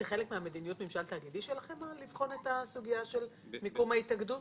זה חלק ממדיניות הממשל תאגידי שלכם לבחון את הסוגיה של מקום ההתאגדות?